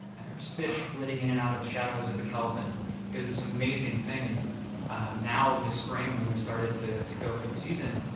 and there was fish flitting in and out the shadows of the kelp, and it was this amazing thing. and this spring, when we started to to go for the season,